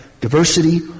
Diversity